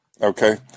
okay